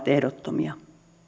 ehdottomia